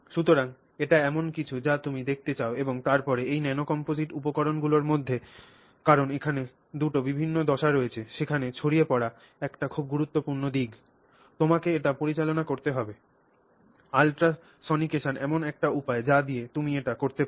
সুতরাং এটি এমন কিছু যা তুমি দেখতে চাও এবং তারপরে এই ন্যানোকম্পোজিট উপকরণগুলির মধ্যে কারণ এখানে 2 টি বিভিন্ন দশা রয়েছে সেখানে ছড়িয়ে পড়া একটি খুব গুরুত্বপূর্ণ দিক তোমাকে এটি পরিচালনা করতে হবে আল্ট্রাসোনিকেশন এমন একটি উপায় যা দিয়ে তুমি এটি করতে পার